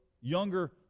younger